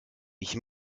ich